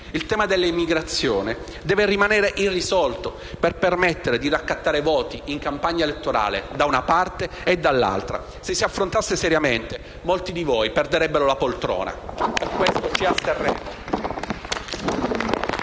Il tema dell'immigrazione deve rimanere irrisolto per permettervi di raccattare voti in campagna elettorale, da una parte e dall'altra. Se si affrontasse seriamente, molti di voi perderebbero la poltrona. Per questo ci asterremo.